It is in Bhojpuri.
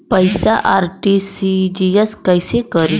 पैसा आर.टी.जी.एस कैसे करी?